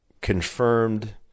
confirmed